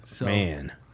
Man